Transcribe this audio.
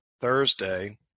Thursday